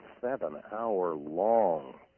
seven-hour-long